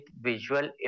visual